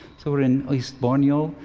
so we're in east borneo.